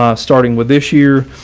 ah starting with this year,